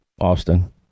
Austin